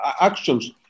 actions